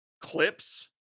clips